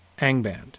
Angband